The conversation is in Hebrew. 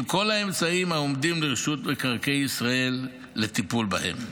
עם כל האמצעים העומדים לרשות מקרקעי ישראל לטיפול בהם.